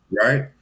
Right